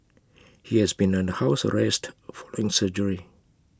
he has been under house arrest following surgery